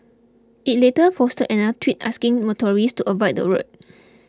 it later posted another tweet asking motorists to avoid the road